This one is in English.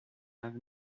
have